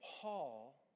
Paul